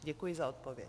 Děkuji za odpověď.